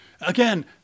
Again